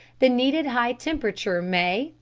the needed high temperature may,